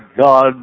God